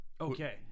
Okay